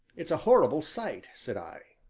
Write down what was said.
it's a horrible sight! said i.